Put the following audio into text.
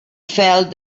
felt